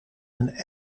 een